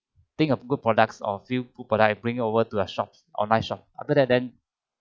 think of good products or few good products and bring over to uh shops online shop after that then